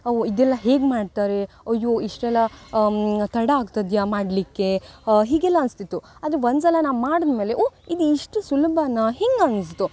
ಹೋ ಇದೆಲ್ಲ ಹೇಗೆ ಮಾಡ್ತಾರೆ ಅಯ್ಯೋ ಇಷ್ಟೆಲ್ಲಾ ತಡ ಆಗ್ತದ್ಯಾ ಮಾಡಲ್ಲಿಕ್ಕೆ ಹೀಗೆಲ್ಲಾ ಅನ್ಸ್ತಿತ್ತು ಆದರೆ ಒಂದು ಸಲ ನಾ ಮಾಡ್ದು ಮೇಲೆ ಓ ಇದು ಇಷ್ಟು ಸುಲಭ ಹಿಂಗೆ ಅನ್ನಿಸ್ತು